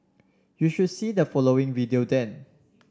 you should see the following video then